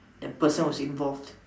the person who's involved